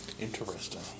Interesting